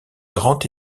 grand